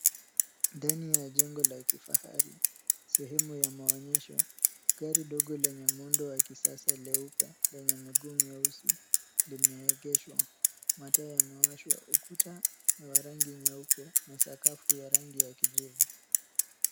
Ndani ya jengo la kifahari, sehemu ya maonyesho, gari dogo lenye muundo wa kisasa leupe lenye miguu mieusi limeegeshwa. Mataa yamewashwa. Ukuta ni wa rangi nyeupe na sakafu ya rangi ya kijivu.